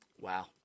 Wow